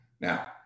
Now